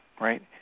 Right